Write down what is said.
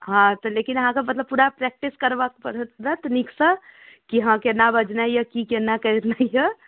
हँ तऽ लेकिन अहाँके मतलब पूरा प्रैक्टिस करबाबऽ पड़त नीकसँ कि हँ कोना बजनाइ अइ कि कोना करनाइ अइ